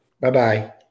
Bye-bye